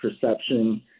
perception